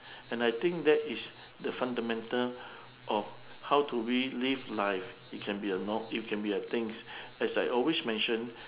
and I think that is the fundamental of how to relive life it can be a not it can be a thing as I always mention